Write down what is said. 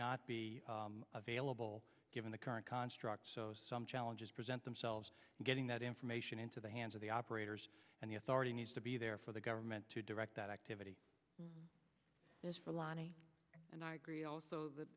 not be available given the current construct challenges present themselves getting that information into the hands of the operators and the authority needs to be there for the government to direct that activity is for lani and i agree also that